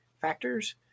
factors